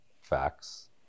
Facts